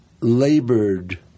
labored